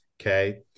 Okay